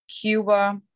Cuba